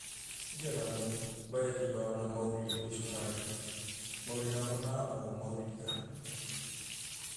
Idia danu, baiediba una mauri, oise okaraiam. Mauri namona o mauri dikana.